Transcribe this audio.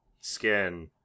Skin